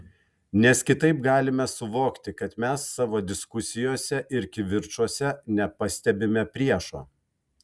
nes kitaip galime suvokti kad mes savo diskusijose ir kivirčuose nepastebime priešo